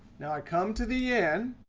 now i come to the end,